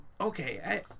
Okay